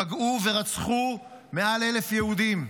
פגעו ורצחו מעל אלף יהודים.